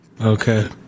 Okay